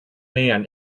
man